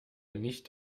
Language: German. nicht